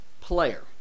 player